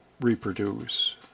reproduce